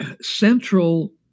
central